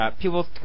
People